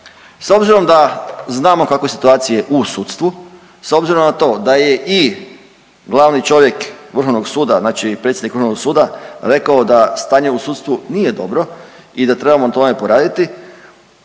s obzirom da znamo kakva situacija je u sudstvu, s obzirom na to da je i glavni čovjek Vrhovnog suda, znači predsjednik Vrhovnog suda rekao da stanje u sudstvu nije dobro i da trebamo na tome poraditi